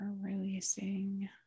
releasing